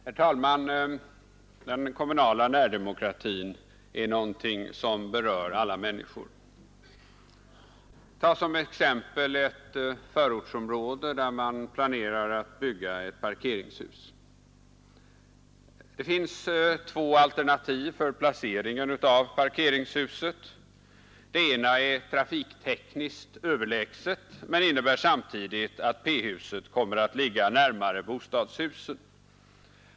Herr talman! Den kommunala närdemokratin är något som berör alla människor. Tag som exempel ett förortsområde där man planerar att bygga ett parkeringshus. Det finns två alternativ för placeringen av parkeringshuset. Det ena är trafiktekniskt överlägset men innebär samtidigt att P-huset kommer att ligga närmare bostadshusen.